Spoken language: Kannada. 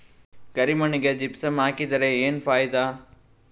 ಕರಿ ಮಣ್ಣಿಗೆ ಜಿಪ್ಸಮ್ ಹಾಕಿದರೆ ಏನ್ ಫಾಯಿದಾ?